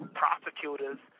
prosecutors